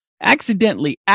accidentally